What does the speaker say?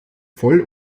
voll